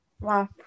Wow